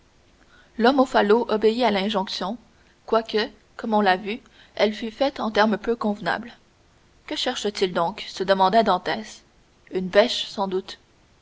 l'homme au falot obéit à l'injonction quoique comme on l'a vu elle fût faite en termes peu convenables que cherche t il donc se demanda dantès une bêche sans doute